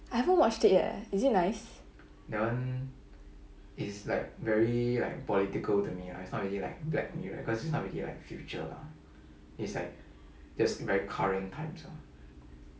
I haven't watched it yet eh is it nice